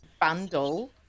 bundle